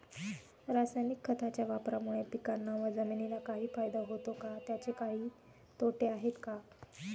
रासायनिक खताच्या वापरामुळे पिकांना व जमिनीला काही फायदा होतो का? त्याचे काही तोटे आहेत का?